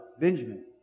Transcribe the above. Benjamin